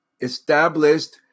established